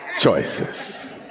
choices